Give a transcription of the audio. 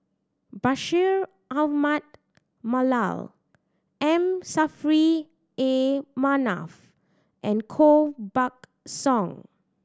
Bashir Ahmad Mallal M Saffri A Manaf and Koh Buck Song